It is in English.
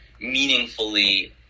meaningfully